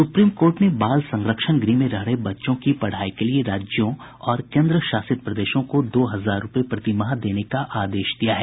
supreme court ने बाल संरक्षण गृह में रह रहे बच्चों की पढ़ाई के लिये राज्यों और केन्द्रशासित प्रदेशों को दो हजार रूपये प्रतिमाह देने का आदेश दिया है